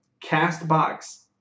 CastBox